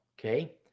Okay